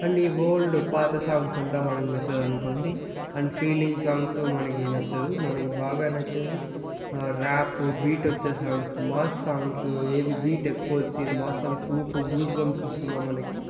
and ఈ old పాత songs అంతా మనకు నచ్చదు అనుకోండి అండ్ ఫీలింగ్ సాంగ్స్ మనకి నచ్చదు మనకి బాగా నచ్చేది ర్యాప్ బీట్ వచ్చే సాంగ్స్ మాస్ సాంగ్స్ ఏది బీట్ ఎక్కువ వచ్చి మాస్ సాంగ్స్ ఊపు గూస్ బంప్స్ వస్తుంది మనకి